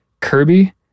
Kirby